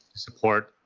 support,